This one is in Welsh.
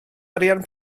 arian